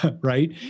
right